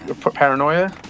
Paranoia